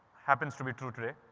happens to be true today.